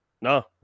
No